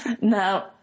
Now